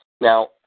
Now